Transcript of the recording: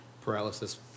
paralysis